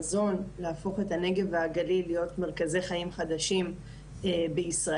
חזון להפוך את הנגב והגליל להיות מרכזי חיים חדשים בישראל.